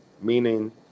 meaning